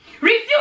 refuse